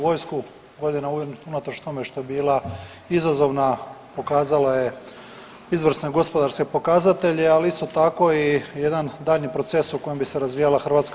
Godina unatoč tome što je bila izazovna pokazala je izvrsne gospodarske pokazatelje, ali isto tako i jedan daljnji proces u kojem bi se razvijala HV.